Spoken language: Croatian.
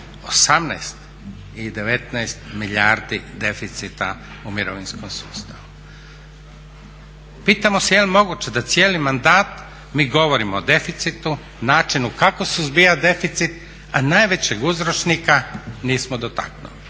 18 i 19 milijardi deficita u mirovinskom sustavu. Pitamo se je li moguće da cijeli mandat mi govorimo o deficitu, načinu kako suzbijati deficit, a najvećeg uzročnika nismo dotaknuli.